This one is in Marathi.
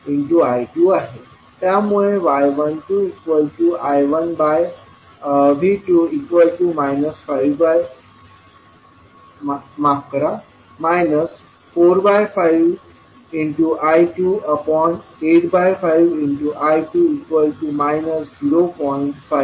त्यामुळे y12I1V2 45I285I2 0